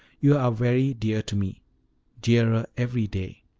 you are very dear to me dearer every day.